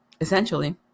essentially